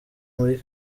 muri